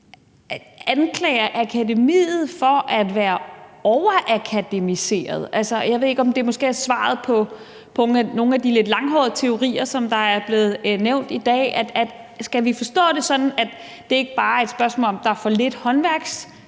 anklager akademiet for at være overakademiseret. Jeg ved ikke, om det måske er svaret på nogle af de lidt langhårede teorier, som er blevet nævnt i dag. Skal vi forstå det sådan, at det ikke bare er et spørgsmål om, at der er for lidt håndværksfokus,